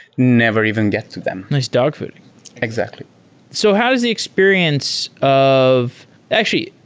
never even get to them nice dog fooding exactly so how does the experience of actually,